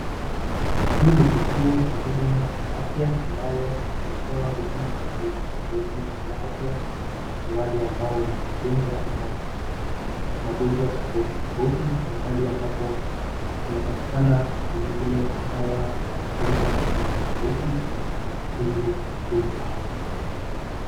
Hii ni kituo cha huduma ya afya ambayo hutoa huduma tofauti tofauti za afya kwa wale ambao ni wagonjwa ama wana magonjwa tofauti tofauti. Ni mahali ambapo kunapatikana vilevile dawa za magonjwa tofauti tofauti za kutibu magonjwa hayo.